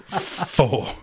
four